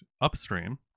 upstream